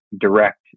direct